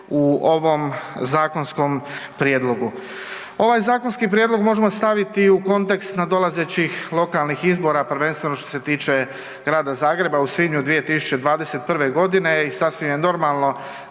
u ovom zakonskom prijedlogu. Ovaj zakonski prijedlog možemo staviti i u kontekst nadolazećih lokalnih izbora prvenstveno što se tiče Grada Zagreba u svibnju 2021. godine i sasvim je normalno